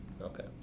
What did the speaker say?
okay